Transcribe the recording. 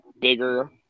bigger